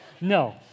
No